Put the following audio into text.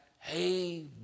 hey